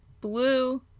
blue